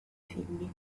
figli